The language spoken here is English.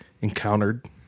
encountered